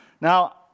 Now